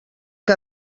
que